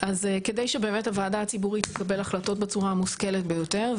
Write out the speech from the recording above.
שבאמת הוועדה הציבורית תקבל החלטות בצורה המושכלת ביותר,